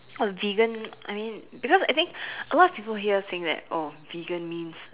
oh vegan I mean because I think a lot of people here think that oh vegan means